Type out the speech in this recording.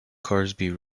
crosby